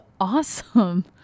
awesome